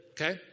Okay